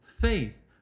faith